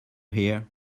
here